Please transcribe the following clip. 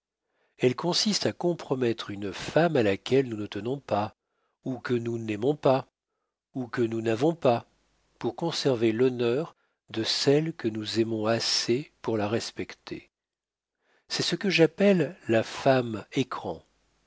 elle consiste à compromettre une femme à laquelle nous ne tenons pas ou que nous n'aimons pas ou que nous n'avons pas pour conserver l'honneur de celle que nous aimons assez pour la respecter c'est ce que j'appelle la femme écran